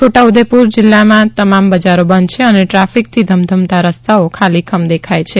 છોટાઉદેપુરમાં જીલ્લાના તમામ બજારો બંધ છે અને ટ્રાફીકથી ધમધમતા રસ્તાઓ ખાલીખમ દેખાય છે